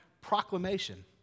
proclamation